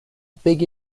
big